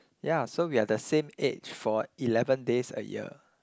yeah so we are the same age for eleven days a year